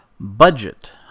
Budget